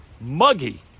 muggy